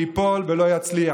ייפול ולא יצליח.